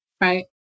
right